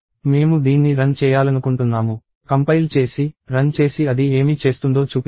మేము దీన్ని రన్ చేయాలనుకుంటున్నాము కంపైల్ చేసి రన్ చేసి అది ఏమి చేస్తుందో చూపించాలనుకుంటున్నాము